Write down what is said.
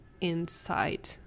inside